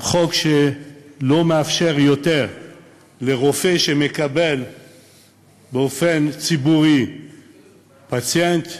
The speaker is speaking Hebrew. חוק שלא מאפשר יותר לרופא שמקבל באופן ציבורי פציינט,